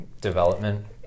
development